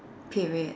period